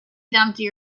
dumpty